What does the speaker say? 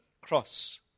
cross